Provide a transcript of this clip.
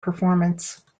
performance